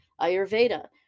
Ayurveda